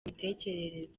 mitekerereze